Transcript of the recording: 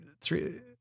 three